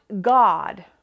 God